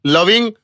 Loving